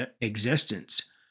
existence